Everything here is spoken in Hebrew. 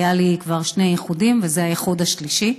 היו לי כבר שני איחודים וזה האיחוד השלישי.